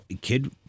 kid